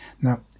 Now